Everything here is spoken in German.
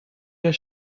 der